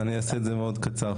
אני אעשה את זה מאוד קצר.